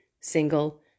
single